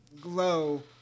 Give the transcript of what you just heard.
glow